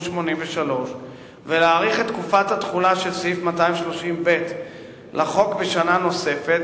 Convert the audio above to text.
83 ולהאריך את תקופת התחולה של סעיף 230ב לחוק בשנה נוספת.